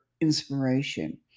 inspiration